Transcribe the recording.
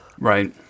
Right